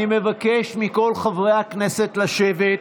אני מבקש מכל חברי הכנסת לשבת.